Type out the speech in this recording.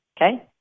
okay